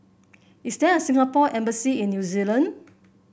is there a Singapore Embassy in New Zealand